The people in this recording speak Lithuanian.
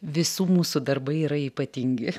visų mūsų darbai yra ypatingi